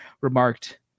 remarked